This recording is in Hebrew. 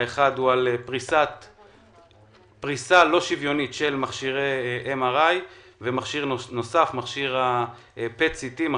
האחד הוא על פריסה לא שוויונית של מכשירי MRI ומכשיר ה-PET-CT ,